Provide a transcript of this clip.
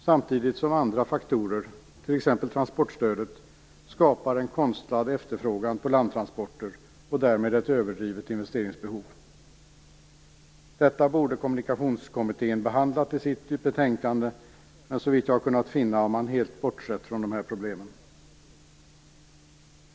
Samtidigt skapar andra faktorer, t.ex. transportstödet, en konstlad efterfrågan på landtransporter och därmed ett överdrivet investeringsbehov. Detta borde Kommunikationskommittén ha behandlat i sitt betänkande. Men så vitt jag har kunnat finna har man helt bortsett från dessa problem.